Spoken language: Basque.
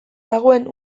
dagoen